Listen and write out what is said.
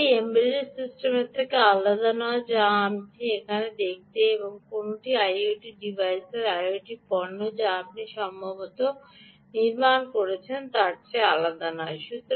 এটি এই এমবেডেড সিস্টেমের থেকে আলাদা নয় যা আপনি এখানে দেখেন এটি কোনও আইওটি ডিভাইস বা আইওটি পণ্য যা আপনি সম্ভবত নির্মাণ করছেন তার চেয়ে আলাদা নয়